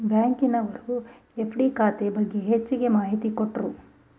ಬ್ಯಾಂಕಿನವರು ಎಫ್.ಡಿ ಖಾತೆ ಬಗ್ಗೆ ಹೆಚ್ಚಗೆ ಮಾಹಿತಿ ಕೊಟ್ರು